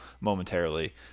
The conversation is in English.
momentarily